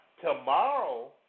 tomorrow